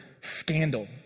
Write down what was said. scandal